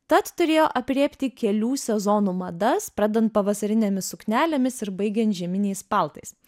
tad turėjo aprėpti kelių sezonų madas pradedant pavasarinėmis suknelėmis ir baigiant žieminiais paltais